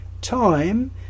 time